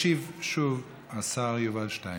ישיב שוב השר יובל שטייניץ.